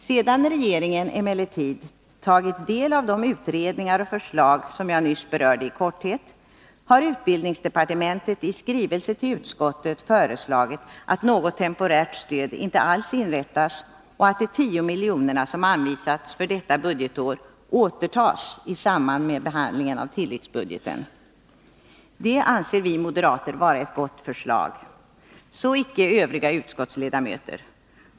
Sedan regeringen tagit del av de utredningar och förslag som jag nyss berört i korthet, har emellertid utbildningsdepartementet i skrivelse till utskottet föreslagit att något temporärt stöd inte alls skall inrättas och att de 10 milj.kr. som anvisats för detta budgetår återtas i samband med behandlingen av tilläggsbudgeten. Det anser vi moderater vara ett gott förslag. Så icke de övriga utskottsledamöterna.